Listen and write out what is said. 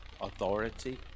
authority